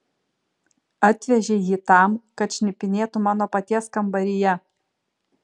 atvežei jį tam kad šnipinėtų mano paties kambaryje